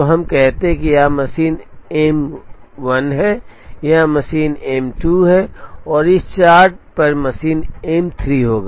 तो हम कहते हैं कि यह मशीन एम 1 है यह मशीन एम 2 है और यह इस चार्ट पर मशीन एम 3 होगा